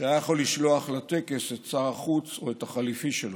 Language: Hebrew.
כשהיה יכול לשלוח לטקס את שר החוץ או את החליפי שלו.